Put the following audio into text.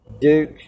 Duke